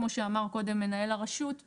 כמו שאמר קודם מנהל הרשות,